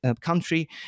country